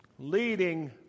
leading